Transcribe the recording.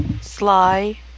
Sly